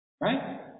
Right